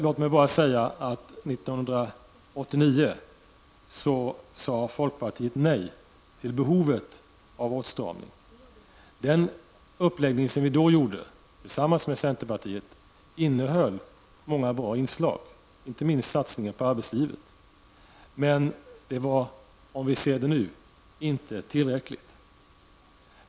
Låt mig bara säga att folkpartiet år 1989 sade nej till åtgärder för att åstadkomma en åtstramning. Den uppläggning som vi, tillsammans med centerpartiet, då hade, innehöll många bra inslag, inte minst satsningen på arbetslivet. Men vi vet nu att detta inte var tillräckligt.